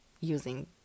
using